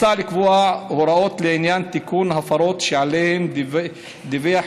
מוצע לקבוע הוראות לעניין תיקון הפרות שעליהן דיווח